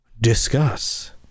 Discuss